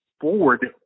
forward